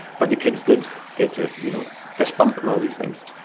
but the kids did get to you know fist-bump and all these things.